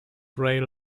rail